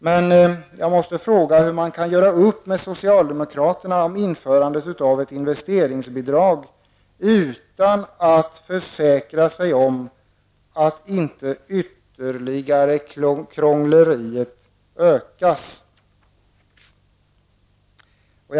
Men jag måste fråga hur man kan göra upp med socialdemokraterna om införande av ett investeringsbidrag, utan att försäkra sig om att inte krångleriet ökas ytterligare.